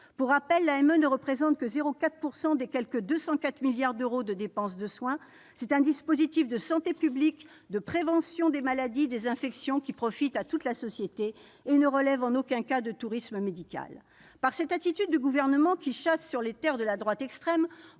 vous rappelle que l'AME ne représente que 0,4 % des quelque 204 milliards d'euros de dépenses de soins. C'est un dispositif de santé publique, de prévention des maladies et des infections qui profite à toute la société, et ne relève en aucun cas du tourisme médical. Par son attitude, le Gouvernement, qui chasse sur les terres de la droite extrême,